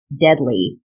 deadly